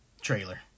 trailer